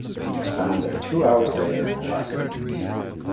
he was found there two hours later placidly asleep.